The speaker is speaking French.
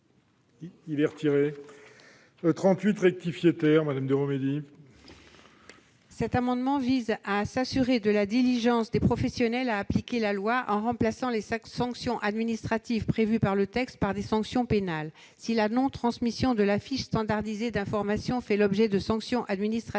: La parole est à Mme Jacky Deromedi. Cet amendement vise à s'assurer de la diligence des professionnels à appliquer la loi en remplaçant les sanctions administratives prévues par le texte par des sanctions pénales. Si la non-transmission de la fiche standardisée d'information fait l'objet de sanctions administratives,